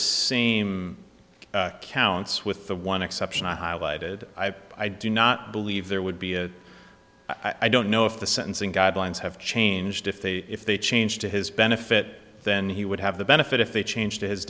same counts with the one exception i highlighted i do not believe there would be i don't know if the sentencing guidelines have changed if they if they change to his benefit then he would have the benefit if they change to his